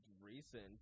recent